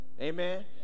Amen